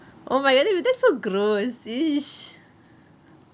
oh my god that's so gross